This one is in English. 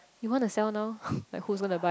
you wanna sell now like who's gonna buy